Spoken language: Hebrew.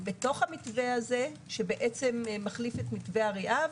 ובתוך המתווה הזה, שמחליף את מתווה אריאב,